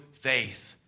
faith